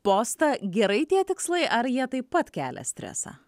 postą gerai tie tikslai ar jie taip pat kelia stresą